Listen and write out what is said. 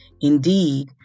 Indeed